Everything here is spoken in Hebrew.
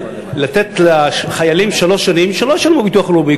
לתת לחיילים שלוש שנים שלא ישלמו ביטוח לאומי.